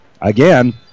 again